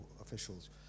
officials